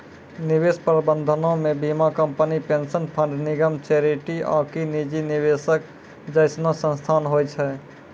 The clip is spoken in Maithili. निवेश प्रबंधनो मे बीमा कंपनी, पेंशन फंड, निगम, चैरिटी आकि निजी निवेशक जैसनो संस्थान होय छै